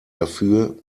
dafür